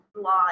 law